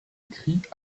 écrits